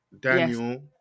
Daniel